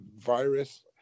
Virus